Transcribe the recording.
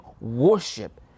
worship